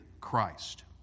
Christ